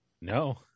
No